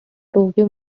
tokyo